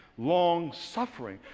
long suffering.